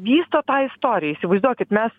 vysto tą istoriją įsivaizduokit mes